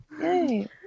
Yay